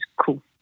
cool